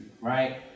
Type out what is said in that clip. right